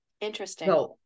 Interesting